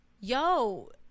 yo